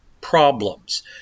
problems